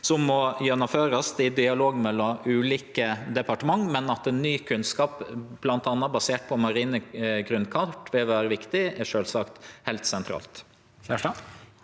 som må gjennomførast i dialog mellom ulike departement, men at ny kunnskap bl.a. basert på marine grunnkart vil vere viktig, er sjølvsagt heilt sentralt.